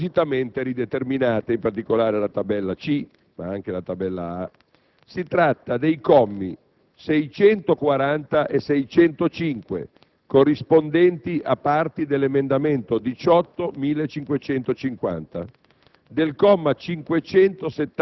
che sono appositamente rideterminate (in particolare la tabella C, ma anche la tabella A). Si tratta dei commi 640 e 605, corrispondenti a parti dell'emendamento 18.1550;